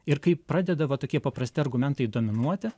ir kaip pradeda va tokie paprasti argumentai dominuoti